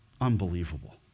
Unbelievable